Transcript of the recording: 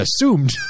assumed